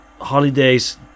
holidays